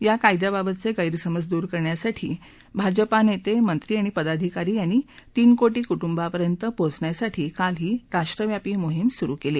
या कयद्याबाबतचे गैरसमज दूर करण्यासाठी भाजपा नेते मंत्री आणि पदाधिकारी यांनी तीन कोटी कुट्रिंपर्यंत पोचण्यासाठी काल ही राष्ट्रव्यापी मोहीम सुरू केली